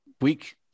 week